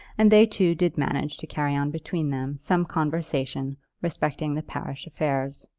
and they two did manage to carry on between them some conversation respecting the parish affairs.